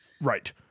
Right